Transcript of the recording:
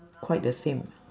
quite the same ah